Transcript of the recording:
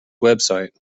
website